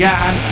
God